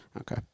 Okay